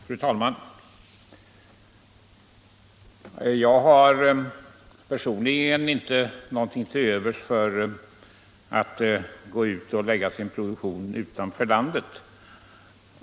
Fru talman! Jag har personligen inte någonting till övers för att man lägger sin produktion utanför landet.